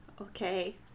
Okay